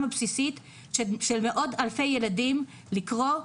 הבסיסית של מאות אלפי ילדים לקרוא,